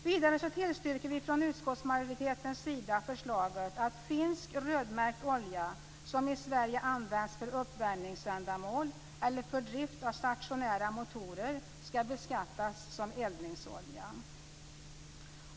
Vidare tillstyrker vi från utskottsmajoritetens sida förslaget att finsk rödmärkt olja som i Sverige används för uppvärmningsändamål eller för drift av stationära motorer skall beskattas som eldningsolja.